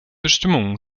bestimmungen